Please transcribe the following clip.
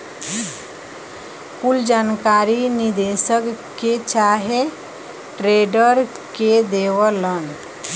कुल जानकारी निदेशक के चाहे ट्रेडर के देवलन